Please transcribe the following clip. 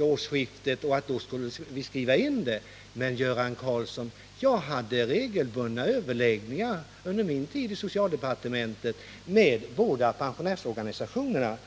årsskiftet och att vi då skulle skriva in detta. Men, Göran Karlsson, jag hade regelbundna överläggningar under min tid i socialdepartementet med båda pensionärsorganisationerna.